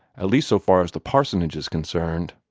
at least so far as the parsonage is concerned.